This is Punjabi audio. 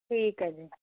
ਠੀਕ ਐ ਜੀ